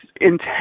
intense